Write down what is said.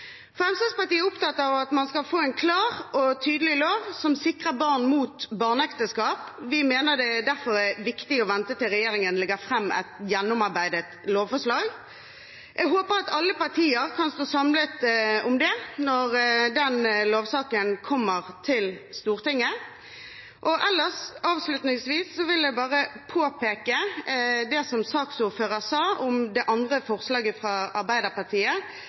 Fremskrittspartiet er opptatt av at man skal få en klar og tydelig lov som sikrer barn mot barneekteskap. Vi mener det derfor er viktig å vente til regjeringen legger fram et gjennomarbeidet lovforslag. Jeg håper at alle partier kan stå samlet om det – når den lovsaken kommer til Stortinget. Ellers – avslutningsvis – vil jeg bare påpeke det som saksordføreren sa om det andre forslaget fra Arbeiderpartiet,